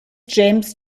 james